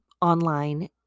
Online